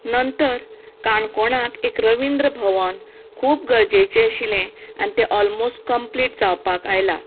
नंतर काणकोणाक एक रविंद्र भवन खूब गरजेचें आशिल्लें आनी तें ओलमोस्ट कंम्प्लिट जावपाक आयलां